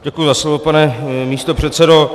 Děkuji za slovo, pane místopředsedo.